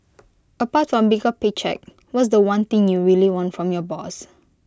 apart from A bigger pay cheque what's The One thing you really want from your boss